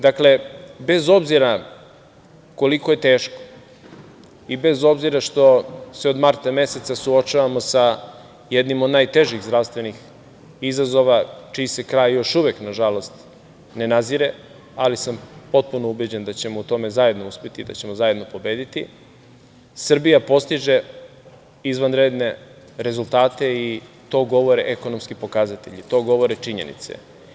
Dakle, bez obzira koliko je teško i bez obzira što se od marta meseca suočavamo sa jednim od najtežim zdravstvenih izazova čiji se kraj još uvek, nažalost, ne nazire, ali sam potpuno ubeđen da ćemo u tome zajedno uspeti, da ćemo zajedno pobediti, Srbija postiže izvanredne rezultate i to govore ekonomski pokazatelji, to govore činjenice.